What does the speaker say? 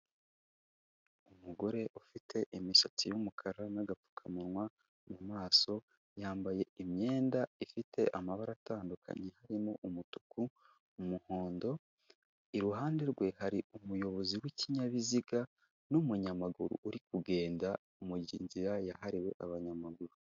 Umugore ufite imisatsi y'umukara n'agapfukamunwa mu maso, yambaye imyenda ifite amabara atandukanye harimo umutuku, umuhondo. Iruhande rwe hari umuyobozi w'ikinyabiziga n'umunyamaguru uri kugenda mu nzira yahariwe abanyamaguru.